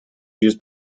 used